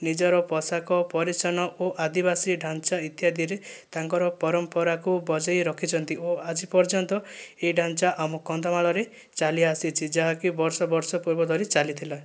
ନିଜର ପୋଷାକ ପରିଚ୍ଛନ୍ନ ଓ ଆଦିବାସୀ ଢାଞ୍ଚା ଇତ୍ୟାଦିରେ ତାଙ୍କର ପରମ୍ପରାକୁ ବଜାଇ ରଖିଛନ୍ତି ଓ ଆଜି ପର୍ଯ୍ୟନ୍ତ ଏ ଢାଞ୍ଚା ଆମ କନ୍ଧମାଳରେ ଚାଲି ଆସିଛି ଯାହାକି ବର୍ଷ ବର୍ଷ ପୂର୍ବ ଧରି ଚାଲିଥିଲା